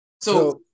So-